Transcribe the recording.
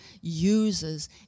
uses